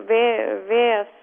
vėj vėjas